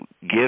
give